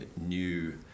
new